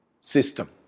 system